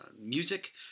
music